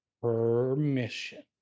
permission